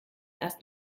erst